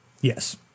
Yes